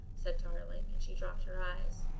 said tarling, and she dropped her eyes.